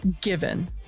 Given